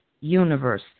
universe